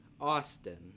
austin